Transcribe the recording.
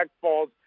falls